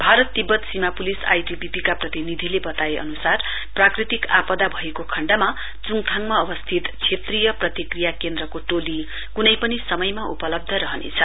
भारत तिब्बत सीमा police ITBP का प्रतिनिधिले बताए अनुसार प्राकृतिक आपदा भएको खण्डमा चुङथाङमा अवस्थित क्षेत्रीय प्रतिक्रिया केन्द्रको टोली कुनै पनि समयमा उपलब्ध रहनेछ